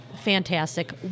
fantastic